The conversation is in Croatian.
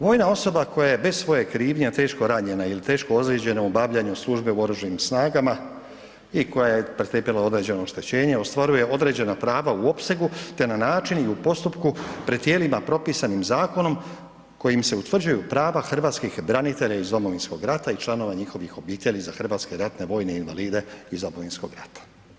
Vojna osoba koja bez svoje krivnje teško ranjena ili teško ozlijeđena u obavljanju službe u oružanim snagama i koja je pretrpila određeno oštećenje ostvaruje određena prava u opsegu te na način i u postupku pred tijelima propisanim zakonom kojim se utvrđuju prava Hrvatskih branitelja iz Domovinskog rata i članova njihovih obitelji za hrvatske ratne vojne invalide iz Domovinskog rata“